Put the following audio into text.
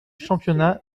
championnat